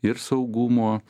ir saugumo